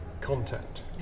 content